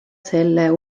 selle